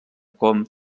com